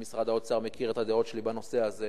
ומשרד האוצר מכיר את הדעות שלי בנושא הזה.